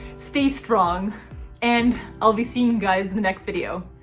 stay strong and i'll be seeing guys in the next video.